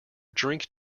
drink